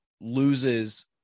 loses